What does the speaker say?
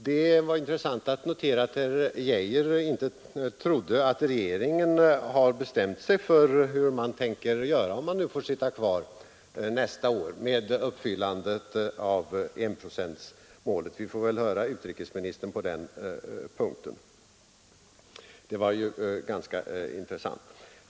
Det var intressant att notera att herr Geijer inte trodde att regeringen bestämt sig för hur den skall göra med uppfyllandet av enprocentsmålet, om den får sitta kvar nästa år. Vi får väl höra vad utrikesministern har att säga på den punkten. Men herr Geijers uttalande var intressant.